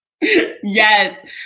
Yes